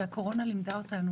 הקורונה לימדה אותנו,